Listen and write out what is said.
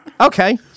Okay